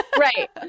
right